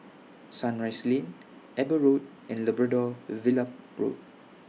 Sunrise Lane Eber Road and Labrador Villa Road